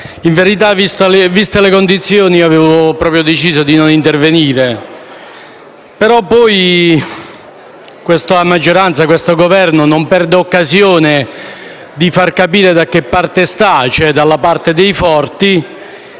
in realtà, viste le condizioni, avevo deciso di non intervenire affatto, ma questa maggioranza e questo Governo non perdono occasione di far capire da che parte stanno, e cioè della parte dei forti.